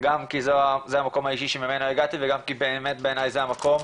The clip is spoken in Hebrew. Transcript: גם כי זה המקום האישי שממנו הגעתי וגם כי באמת בעיניי זה המקום,